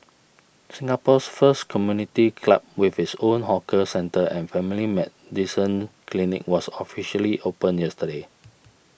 Singapore's first community club with its own hawker centre and family medicine clinic was officially opened yesterday